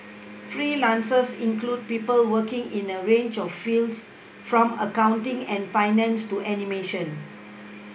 freelancers include people working in a range of fields from accounting and finance to animation